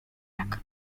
jak